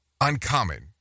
uncommon